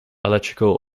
electrical